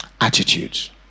attitudes